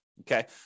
okay